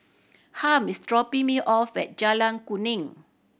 Hamp is dropping me off at Jalan Kuning